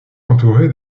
entourée